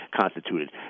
constituted